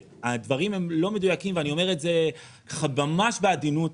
הדברים הם לא מדויקים ואני אומר את זה ממש בעדינות.